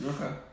Okay